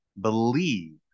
believe